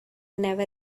never